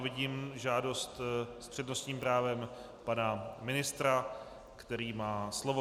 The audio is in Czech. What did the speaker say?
Vidím žádost s přednostním právem pana ministra, který má slovo.